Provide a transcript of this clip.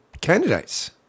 candidates